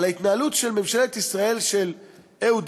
על ההתנהלות של ממשלת ישראל של אהוד